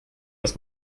was